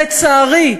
לצערי,